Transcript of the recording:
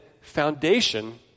foundation